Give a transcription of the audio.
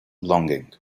longing